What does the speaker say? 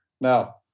Now